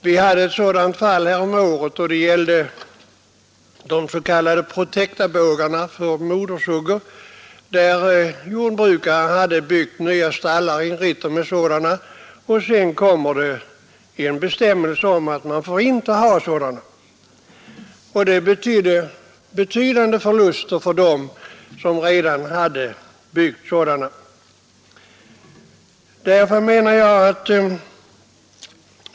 Vi hade häromåret ett sådant fall då det gällde de s.k. protektabågarna för modersuggor. Jordbrukaren hade här byggt nya stallar och inrett dem med sådana, och så kom en bestämmelse om att man inte fick ha dem. Detta innebar betydande förluster för dem som redan byggt sådana.